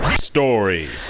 Story